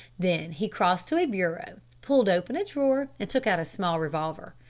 then he crossed to a bureau, pulled open a drawer and took out a small revolver.